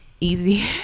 easy